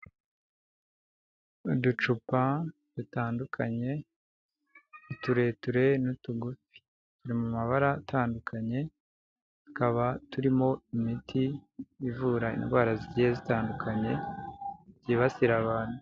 Uducupa dutandukanye, utureture n'utugufi. Ni mu mabara atandukanye, kaba turimo imiti ivura indwara zigiye zitandukanye zibasira abantu.